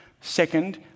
Second